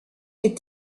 les